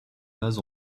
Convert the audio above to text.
base